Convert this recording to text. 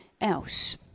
else